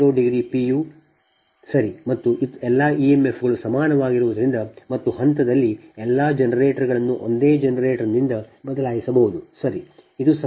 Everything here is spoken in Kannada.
u ಸರಿ ಮತ್ತು ಎಲ್ಲಾ emfಗಳು ಸಮಾನವಾಗಿರುವುದರಿಂದ ಮತ್ತು ಹಂತದಲ್ಲಿ ಎಲ್ಲಾ ಜನರೇಟರ್ಗಳನ್ನು ಒಂದೇ ಜನರೇಟರ್ನಿಂದ ಬದಲಾಯಿಸಬಹುದು ಸರಿ